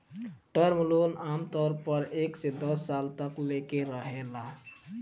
term loan आमतौर पर एक से दस साल तक लेके रहेला